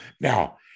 Now